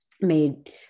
made